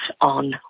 on